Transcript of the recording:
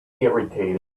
irritated